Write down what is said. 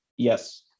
Yes